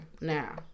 Now